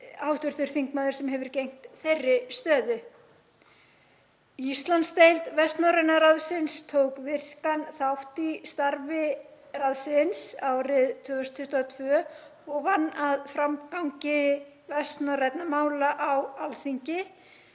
Frostadóttir sem hefur gegnt þeirri stöðu. Íslandsdeild Vestnorræna ráðsins tók virkan þátt í starfi ráðsins árið 2022 og vann að framgangi vestnorrænna mála á Alþingi